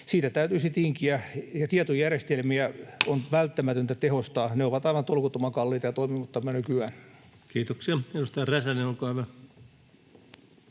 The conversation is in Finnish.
täytyisi tinkiä. Ja tietojärjestelmiä on välttämätöntä tehostaa. Ne ovat aivan tolkuttoman kalliita ja toimimattomia nykyään. Kiitoksia. — Edustaja Räsänen, olkaa hyvä.